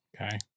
Okay